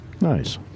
Nice